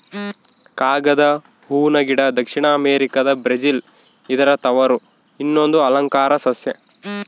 ಕಾಗದ ಹೂವನ ಗಿಡ ದಕ್ಷಿಣ ಅಮೆರಿಕಾದ ಬ್ರೆಜಿಲ್ ಇದರ ತವರು ಇದೊಂದು ಅಲಂಕಾರ ಸಸ್ಯ